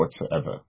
whatsoever